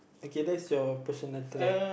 okay that's your personal try